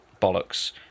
bollocks